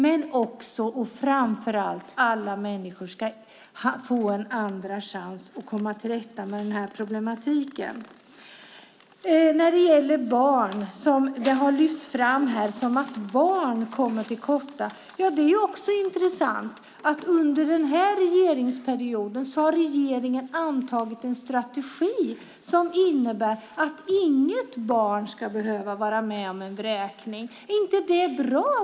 Men framför allt ska alla människor få en andra chans att komma till rätta med denna problematik. Det har lyfts fram att barn kommer till korta. Under denna mandatperiod har regeringen antagit en strategi som innebär att inget barn ska behöva vara med om en vräkning. Är inte det bra?